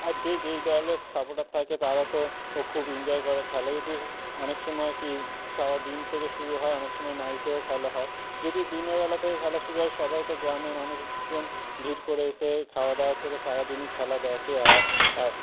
আর যে যেই দলের সাপোর্টার থাকে তারা তো খুব এনজয় করে খেলা যদি অনেক সময়ে কি সারা দিন থেকে শুরু হয় অনেক সময় নাইটেও খেলা হয় যদি দিনের বেলা থেকে খেলা শুরু হয় সবাই তো গ্রামের মানুষজন ভিড় করে এসে খাওয়াদাওয়া ছেড়ে সারাদিনই খেলা দেখে আর আর